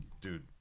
dude